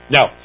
Now